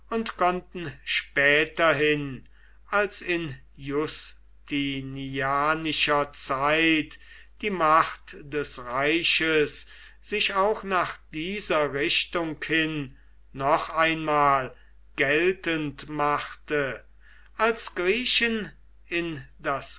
und konnten späterhin als in justinianischer zeit die macht des reiches sich auch nach dieser richtung hin noch einmal geltend machte als griechen in das